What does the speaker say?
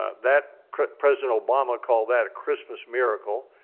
ah that, president obama called that a christmas miracle.